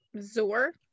Zor